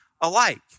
alike